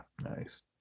nice